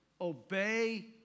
obey